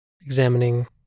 examining